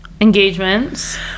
engagements